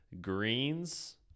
greens